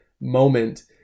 moment